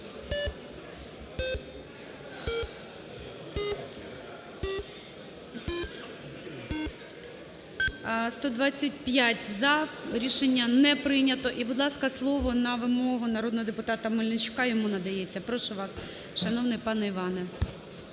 За-125 Рішення не прийнято. І, будь ласка, слово на вимогу народного депутата Мельничука йому надається. Прошу вас, шановний пане Іване.